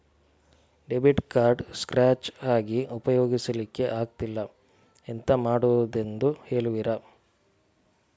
Debit card scratch ಆಗಿ ಉಪಯೋಗಿಸಲ್ಲಿಕ್ಕೆ ಆಗ್ತಿಲ್ಲ, ಎಂತ ಮಾಡುದೆಂದು ಹೇಳುವಿರಾ?